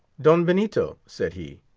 don benito, said he,